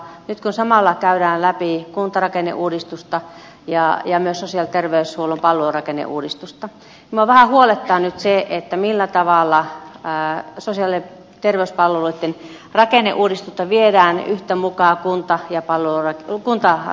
nyt kun samalla käydään läpi kuntarakenneuudistusta ja myös sosiaali ja terveydenhuollon palvelurakenneuudistusta minua vähän huolettaa se millä tavalla sosiaali ja terveyspalveluitten rakenneuudistusta viedään yhtä aikaa kuntarakenneuudistuksen kanssa